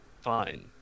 Fine